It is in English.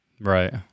Right